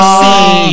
see